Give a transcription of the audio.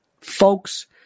folks